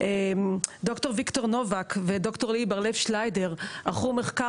ד"ר ויקטור נובק וד"ר ליהי בר-לב שליידר ערכו מחקר,